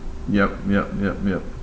yup yup yup yup